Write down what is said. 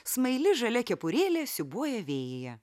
smaili žalia kepurėlė siūbuoja vėjyje